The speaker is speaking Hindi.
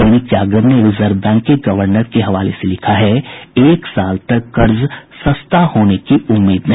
दैनिक जागरण ने रिजर्व बैंक के गवर्नर के हवाले से लिखा है एक साल तक कर्ज सस्ता होने की उम्मीद नहीं